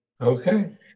Okay